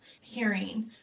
hearing